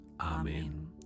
Amen